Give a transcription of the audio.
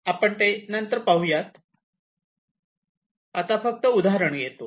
आपण ते नंतर पाहूया आता फक्त उदाहरण घेतो